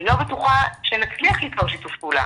אני לא בטוחה שנצליח ליצור שיתוף פעולה,